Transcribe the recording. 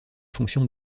fonctions